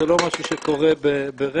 זה לא משהו שקורה ברגע,